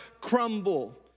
crumble